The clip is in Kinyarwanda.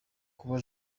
kuba